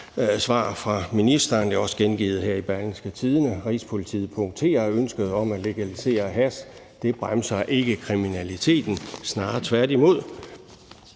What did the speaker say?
svar fra ministeren, og det er også gengivet her i Berlingske: Rigspolitiet punkterer ønsket om at legalisere hash. Det bremser ikke kriminaliteten, snarere tværtimod.